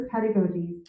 pedagogies